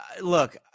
Look